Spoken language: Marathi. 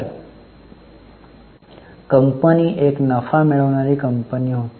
तर कंपनी एक नफा मिळवणारी कंपनी होती